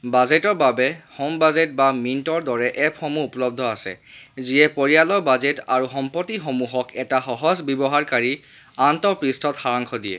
বাজেটৰ বাবে হ'মবাজেট বা মিণ্টৰ দৰে এপসমূহ উপলব্ধ আছে যিয়ে পৰিয়ালৰ বাজেট আৰু সম্পত্তিসমূহক এটা সহজ ব্যৱহাৰকাৰী আন্তঃপৃষ্ঠত সাৰাংশ দিয়ে